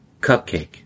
cupcake